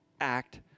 act